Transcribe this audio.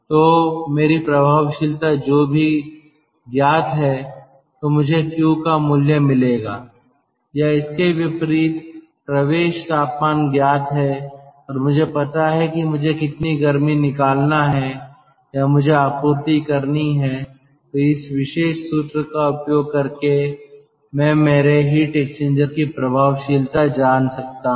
तो मेरी प्रभावशीलता जो भी ज्ञात है तो मुझे Q का मूल्य मिलेगा या इसके विपरीत प्रवेश तापमान ज्ञात हैं और मुझे पता है कि मुझे कितना गर्मी निकालना है या मुझे आपूर्ति करनी है तो इस विशेष सूत्र का उपयोग करके मैं मेरे हीट एक्सचेंजर की प्रभावशीलता जान सकता हूं